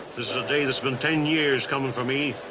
is a day that's been ten years coming for me.